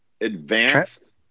Advanced